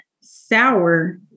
sour